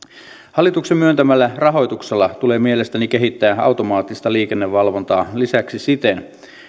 hallituksen myöntämällä rahoituksella tulee mielestäni kehittää automaattista liikennevalvontaa lisäksi siten